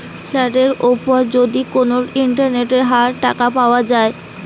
ফান্ডের উপর যদি কোটা ইন্টারেস্টের হার টাকা পাওয়া যায়